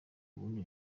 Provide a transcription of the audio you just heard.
buntu